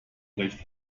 recht